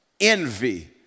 envy